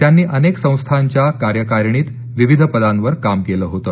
त्यांनी अनेक संस्थांच्या कार्यकारिणीत विविध पदांवर काम केलं होतं